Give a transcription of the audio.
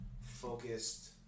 focused